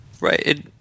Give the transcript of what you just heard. Right